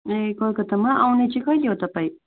ए कलकत्तामा आउने चाहिँ कहिले हो तपाईँ